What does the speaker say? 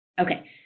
Okay